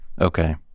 okay